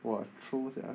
!wah! troll sia